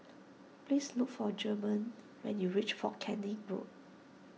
please look for German when you reach fort Canning Road